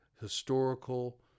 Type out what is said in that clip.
historical